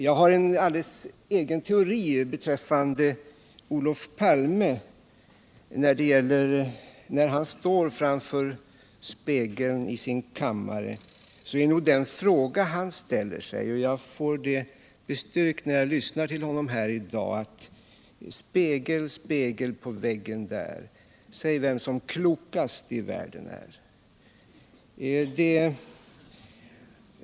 Jag har en alldeles egen teori beträffande Olof Palme, och jag får den bestyrkt när jag lyssnar till honom i dag. När han står framför spegeln i sin kammare är nog den fråga han ställer denna: Spegel, spegel på väggen där, säg vem som klokast i världen är!